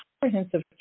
comprehensive